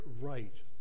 right